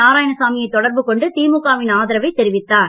நாராயணசாமியை தொடர்பு கொண்டு திமுக வின் ஆதரவைத் தெரிவித்தார்